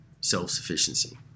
self-sufficiency